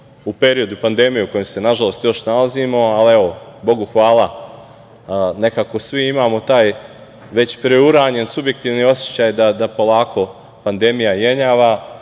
u periodu pandemije u kojem se nažalost još nalazimo, ali evo, Bogu hvala nekako svi imamo taj već preuranjen subjektivni osećaj da polako pandemija jenjava